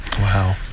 Wow